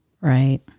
Right